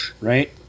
Right